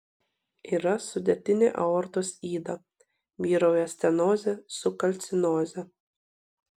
yra sudėtinė aortos yda vyrauja stenozė su kalcinoze